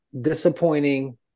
disappointing